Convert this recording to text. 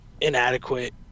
inadequate